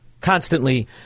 constantly